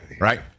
Right